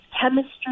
chemistry